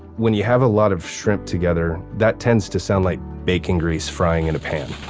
when you have a lot of shrimp together, that tends to sound like bacon grease frying in a pan.